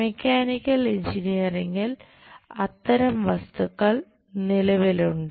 mechanical എഞ്ചിനീയറിംഗിൽ അത്തരം വസ്തുക്കൾ നിലവിലുണ്ട്